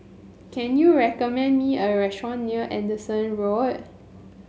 can you recommend me a restaurant near Anderson Road